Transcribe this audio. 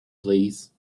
please